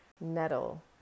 Nettle